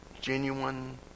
Genuine